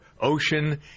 ocean